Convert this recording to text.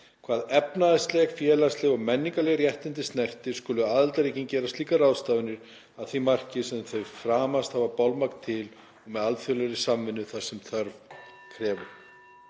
Hvað efnahagsleg, félagsleg og menningarleg réttindi snertir skulu aðildarríki gera slíkar ráðstafanir að því marki sem þau framast hafa bolmagn til, og með alþjóðlegri samvinnu þar sem þörf krefur.“